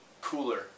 cooler